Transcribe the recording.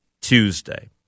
Tuesday